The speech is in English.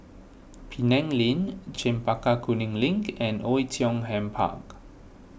Penang Lane Chempaka Kuning Link and Oei Tiong Ham Park